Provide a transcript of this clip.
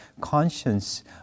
conscience